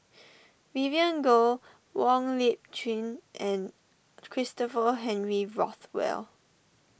Vivien Goh Wong Lip Chin and Christopher Henry Rothwell